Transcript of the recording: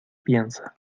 piensa